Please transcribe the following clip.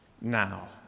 now